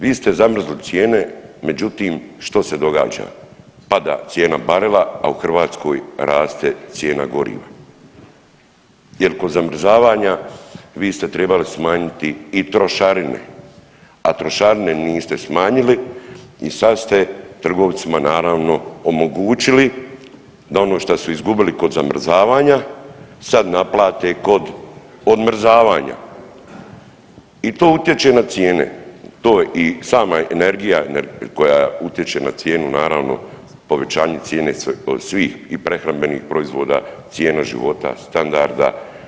Vi ste zamrzli cijene, međutim što se događa, pada cijena barela, a u Hrvatskoj raste cijena goriva jel kod zamrzavanja vi ste trebali smanjiti i trošarine, a trošarine niste smanjili i sad ste trgovcima naravno omogućili da ono šta su izgubili kod zamrzavanja sad naplate kod odmrzavanja i to utječe na cijene, to i sama energija koja utječe na cijenu naravno povećanje cijene svih i prehrambenih proizvoda, cijene života, standarda.